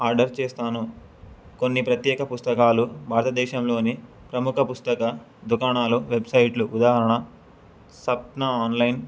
order చేస్తాను కొన్ని ప్రత్యేక పుస్తకాలు భారతదేశంలోని ప్రముఖ పుస్తక దుకాణాలు వెబ్సైట్లు ఉదాహరణ సప్న ఆన్లైన్